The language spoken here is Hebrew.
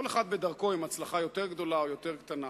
כל אחד בדרכו, בהצלחה יותר גדולה או יותר קטנה.